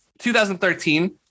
2013